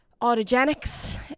autogenics